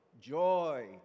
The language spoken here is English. joy